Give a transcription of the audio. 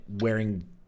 wearing